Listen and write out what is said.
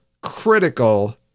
critical